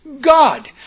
God